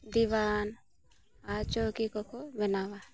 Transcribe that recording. ᱫᱤᱣᱟᱱ ᱟᱨ ᱪᱳᱣᱠᱤ ᱠᱚᱠᱚ ᱵᱮᱱᱟᱣᱟ